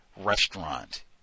restaurant